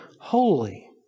holy